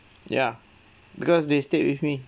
ya because they stayed with me